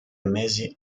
mesi